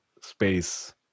Space